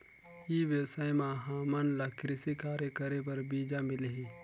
ई व्यवसाय म हामन ला कृषि कार्य करे बर बीजा मिलही?